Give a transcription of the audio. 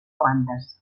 plantes